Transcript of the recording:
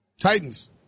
Titans